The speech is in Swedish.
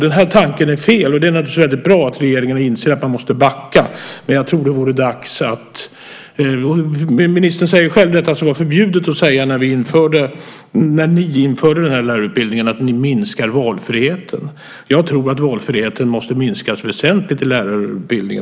Den tanken är fel, och det är naturligtvis bra att regeringen inser att den måste backa. Ministern säger själv det som var förbjudet att säga när ni införde denna lärarutbildning, nämligen att ni minskar valfriheten. Jag tror att valfriheten i lärarutbildningen måste minskas väsentligt.